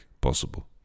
possible